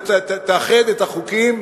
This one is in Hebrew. תאחד את החוקים.